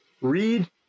read